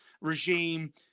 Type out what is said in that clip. regime